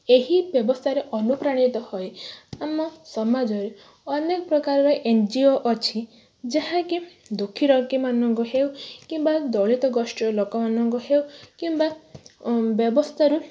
ଏହି ବ୍ୟବସ୍ତାରେ ଅନୁପ୍ରାଣିତ ହୋଇ ଆମ ସମାଜରେ ଅନେକ ପ୍ରକାରର ଏନ୍ ଜି ଓ ଅଛି ଯାହାକି ଦୁଃଖୀରଙ୍କୀମାନଙ୍କ ହେଉ କିମ୍ବା ଦଳିତ ଗୋଷ୍ଠୀର ଲୋକମାନଙ୍କର ହେଉ କିମ୍ବା ବ୍ୟବସ୍ଥାରୁ